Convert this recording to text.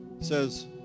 says